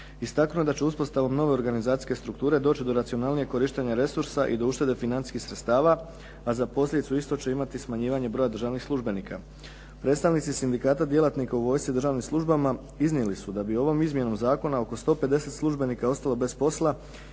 Istaknuo je da će uspostavom nove organizacijske strukture doći do racionalnijeg korištenja resursa i do uštede financijskih sredstava, a za posljedicu isto će imati smanjivanje broja državnih službenika. Predstavnici sindikata djelatnika u vojsci i državnim službama iznijeli su da bi ovom izmjenom zakona oko 150 službenika ostalo bez posla